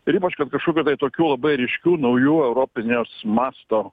ir ypač kad kažkokių tokių labai ryškių naujų europinio masto